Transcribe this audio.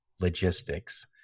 logistics